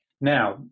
Now